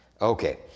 Okay